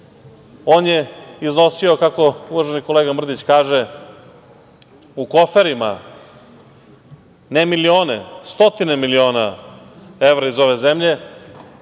je iznosio, kako uvaženi kolega Mrdić kaže, u koferima ne milione, stotine miliona evra iz ove zemlje,